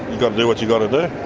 gotta do what you've gotta do.